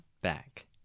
back